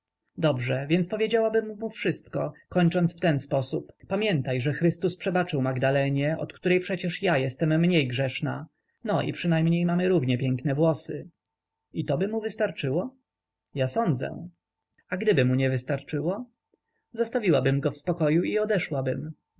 dobrze więc powiedziałabym mu wszystko kończąc w ten sposób pamiętaj że chrystus przebaczył magdalenie od której przecie ja jestem mniej grzeszna no i przynajmniej mam równie piękne włosy i toby mu wystarczyło ja sądzę a gdyby mu nie wystarczyło zostawiłabym go w spokoju i odeszłabym ale